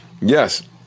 Yes